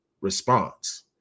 response